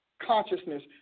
consciousness